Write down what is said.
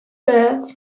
birth